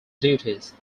duties